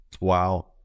Wow